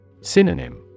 Synonym